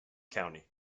county